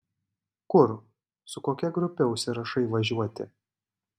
kur su kokia grupe užsirašai važiuoti